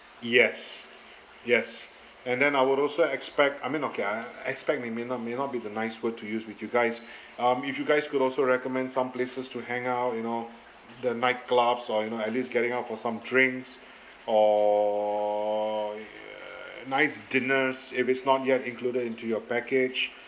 yes yes and then I would also expect I mean okay I I expect may may not may not be the nice word to use with you guys um if you guys could also recommend some places to hang out you know the nightclubs or you know at least getting out for some drinks or y~ a nice dinners if it's not yet included into your package